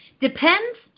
depends